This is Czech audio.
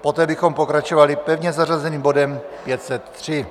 Poté bychom pokračovali pevně zařazeným bodem 503.